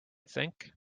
think